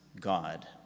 God